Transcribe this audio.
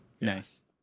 nice